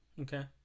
Okay